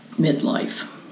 midlife